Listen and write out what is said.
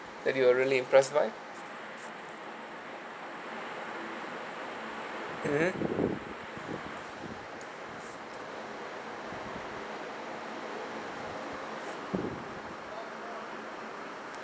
that you are really impressed by mmhmm